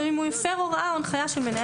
או אם הוא הפר הוראה או הנחיה של מנהל